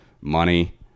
money